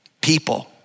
people